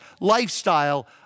lifestyle